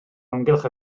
amgylch